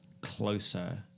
closer